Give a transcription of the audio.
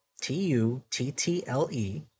T-U-T-T-L-E